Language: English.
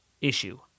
issue